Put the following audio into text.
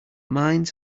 mines